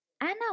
Anna